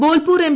Bolpur M